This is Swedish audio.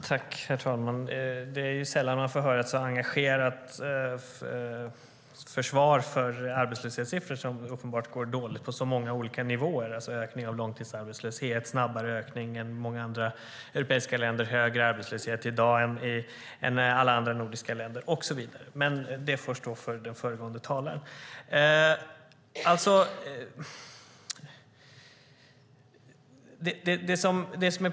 Herr talman! Det är sällan man får höra ett så engagerat försvar för arbetslöshetssiffror som uppenbart är dåliga på många olika nivåer. Det är en ökning av långtidsarbetslösheten. Det är en snabbare ökning än i många andra europeiska länder. Det är i dag högre arbetslöshet än i alla andra nordiska länder och så vidare. Men det får stå för den föregående talaren.